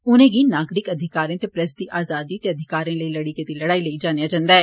उनेंगी नागरिक अधिकरे ते प्रैस दी आज़ादी ते अधिकारें लेई लड़ी गेदी लड़ाई लेई जानेआ जंदा ऐ